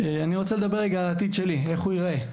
אני כן רוצה לדבר על העתיד שלי, על איך הוא ייראה.